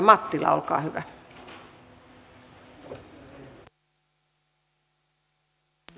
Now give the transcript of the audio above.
arvoisa rouva puhemies